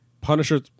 Punisher